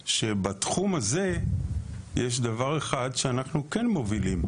בתחום הזה יש דבר אחד שבו אנחנו כן מובילים: